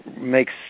makes